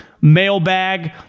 mailbag